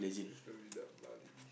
it's going the Bali